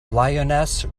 lioness